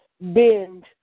bend